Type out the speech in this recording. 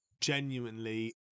genuinely